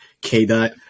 K-Dot